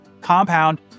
compound